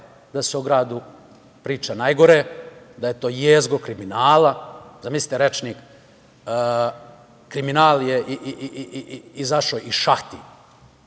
da se o gradu priča najgore, da je to jezgro kriminala. Zamislite rečnik – kriminal je izašao iz šahti